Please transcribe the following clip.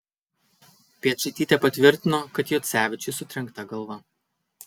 piečaitytė patvirtino kad juocevičiui sutrenkta galva